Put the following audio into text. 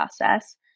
process